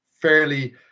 fairly